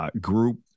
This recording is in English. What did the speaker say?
group